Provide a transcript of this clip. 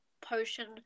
potion